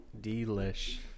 delish